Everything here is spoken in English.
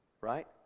right